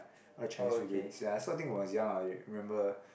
all the Chinese figurines ya so I think when I was young I remember